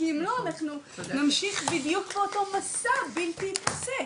כי אם לא אנחנו נמשיך בדיוק באותו מסע בלתי פוסק.